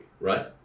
right